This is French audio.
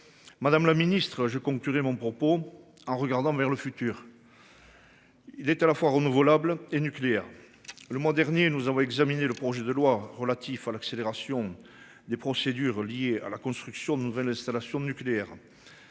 Madame la Ministre je conclurai mon propos en regardant vers le futur. Il est à la fois renouvelable et nucléaire. Le mois dernier nous avons examiné le projet de loi relatif à l'accélération des procédures liées à la construction de nouvelles installations nucléaires.